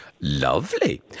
lovely